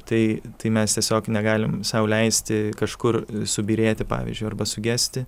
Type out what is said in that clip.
tai tai mes tiesiog negalim sau leisti kažkur subyrėti pavyzdžiui arba sugesti